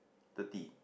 thirty